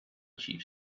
chief